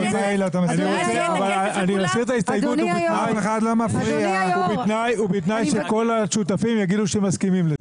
אסיר את ההסתייגות ובתנאי שכל השותפים יגידו שהם מסכימים לזה.